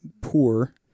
poor